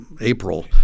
april